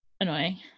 annoying